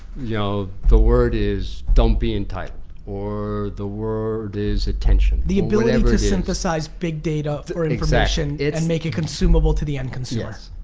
you know the word is don't be entitled or the word is attention the ability um to synthesize big data or information and make it consumable to the end consumers.